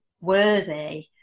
worthy